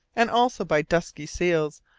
and also by dusky seals,